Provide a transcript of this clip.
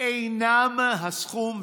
אינם הסכום,